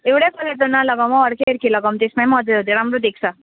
एउटै कलर त न लगाऊँ हौ अर्कै अर्कै लगाऊँ त्यसमा राम्रो देख्छ